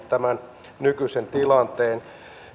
tämän nykyisen tilanteen